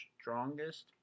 strongest